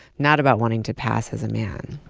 not about wanting to pass as a man.